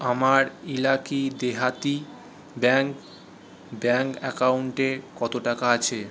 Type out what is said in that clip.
আমার ইলাকি দেহাতি ব্যাঙ্ক ব্যাঙ্ক অ্যাকাউন্টে কত টাকা আছে